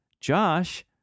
Josh